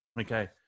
Okay